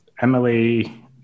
Emily